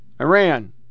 Iran